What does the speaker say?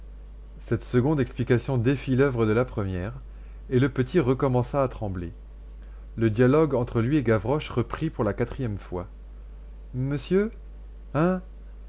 cette seconde explication défit l'oeuvre de la première et le petit recommença à trembler le dialogue entre lui et gavroche reprit pour la quatrième fois monsieur hein